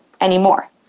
anymore